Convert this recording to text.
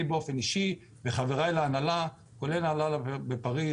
אני באופן אישי וחבריי להנהלה כולל ההנהלה בפריז,